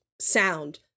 sound